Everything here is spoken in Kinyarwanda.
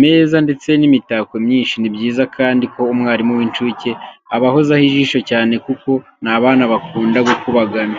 meza ndetse n'imitako myinshi. Ni byiza kandi ko umwarimu w'incuke abahozaho ijisho cyane kuko ni abana bakunda gukubagana.